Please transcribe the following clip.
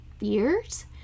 years